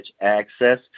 access